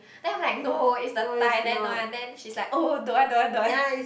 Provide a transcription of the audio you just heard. then I'm like no it's the Thailand one then she's like oh don't want don't want don't want